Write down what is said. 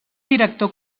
director